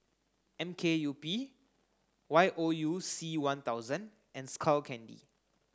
M K U P Y O U C one thousand and Skull Candy